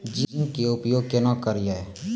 Zinc के उपयोग केना करये?